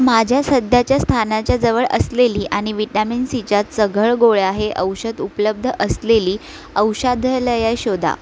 माझ्या सध्याच्या स्थानाच्याजवळ असलेली आणि विटॅमिन सीच्यात चघळ गोळ्या हे औषध उपलब्ध असलेली औषधालयं शोधा